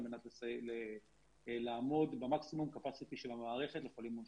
מנת לעמוד במקסימום קפסיטי של המערכת לחולים מונשמים.